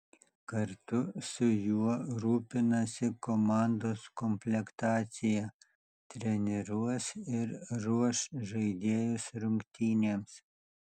kartu su juo rūpinasi komandos komplektacija treniruos ir ruoš žaidėjus rungtynėms